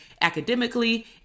academically